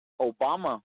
obama